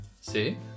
See